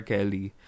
Kelly